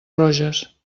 roges